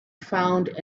found